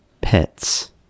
pets